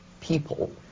people